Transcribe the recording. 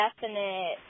definite